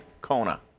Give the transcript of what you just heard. Kona